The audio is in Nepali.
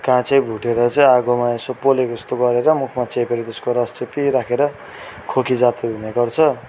काँचै भुटेर चाहिँ आगोमा यसो पोलेको जस्तो गरेर मुखमा चेपेर त्यसको रस चेपिराखेर खोकी जाति हुने गर्छ